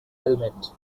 helmet